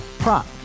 Prop